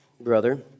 brother